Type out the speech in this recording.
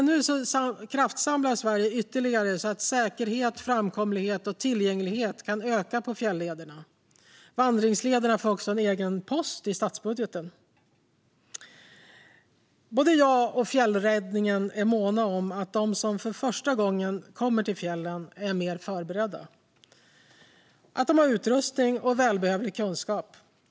Nu kraftsamlar Sverige ytterligare så att säkerheten, framkomligheten och tillgängligheten kan öka på fjällederna. Vandringslederna får också en egen post i statsbudgeten. Både jag och fjällräddningen är måna om att de som för första gången kommer till fjällen är mer förberedda och har utrustning och välbehövlig kunskap.